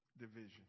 division